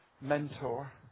mentor